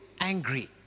angry